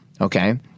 okay